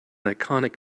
iconic